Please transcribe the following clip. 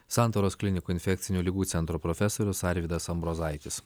santaros klinikų infekcinių ligų centro profesorius arvydas ambrozaitis